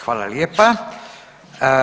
Hvala lijepa.